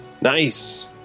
Nice